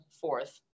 fourth